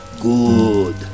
good